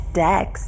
dex